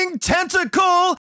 tentacle